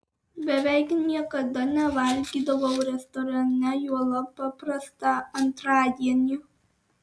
beveik niekada nevalgydavau restorane juolab paprastą antradienį